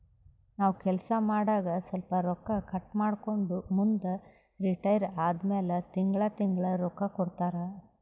ನಾವ್ ಕೆಲ್ಸಾ ಮಾಡಾಗ ಸ್ವಲ್ಪ ರೊಕ್ಕಾ ಕಟ್ ಮಾಡ್ಕೊಂಡು ಮುಂದ ರಿಟೈರ್ ಆದಮ್ಯಾಲ ತಿಂಗಳಾ ತಿಂಗಳಾ ರೊಕ್ಕಾ ಕೊಡ್ತಾರ